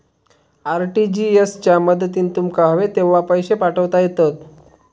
RTGS च्या मदतीन तुमका हवे तेव्हा पैशे पाठवता येतत